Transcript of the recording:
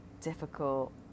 difficult